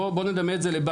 בוא נדמה את זה לבנק,